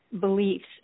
beliefs